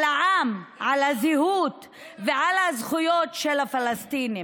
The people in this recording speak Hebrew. על העם, על הזהות ועל הזכויות של הפלסטינים.